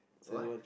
what